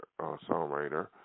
songwriter